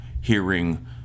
hearing